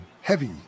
heavy